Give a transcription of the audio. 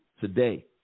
today